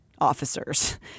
officers